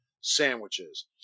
sandwiches